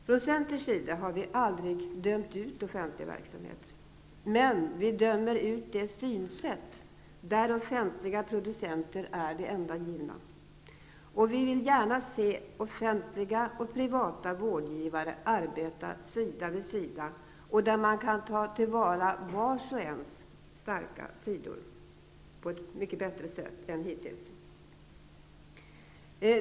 Från centerns sida har vi aldrig dömt ut offentlig verksamhet, men vi dömer ut synsättet att offentliga producenter är de enda givna. Vi vill gärna se offentliga och privata vårdgivare arbeta sida vid sida, där man kan ta till vara vars och ens starka sidor på ett mycket bättre sätt än hittills.